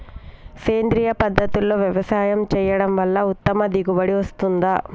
సేంద్రీయ పద్ధతుల్లో వ్యవసాయం చేయడం వల్ల ఉత్తమ దిగుబడి వస్తుందా?